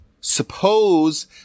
suppose